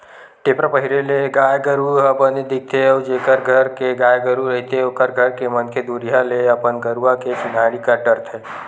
टेपरा पहिरे ले गाय गरु ह बने दिखथे अउ जेखर घर के गाय गरु रहिथे ओखर घर के मनखे दुरिहा ले अपन गरुवा के चिन्हारी कर डरथे